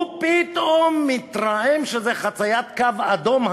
הוא פתאום מתרעם שזה חציית קו אדום,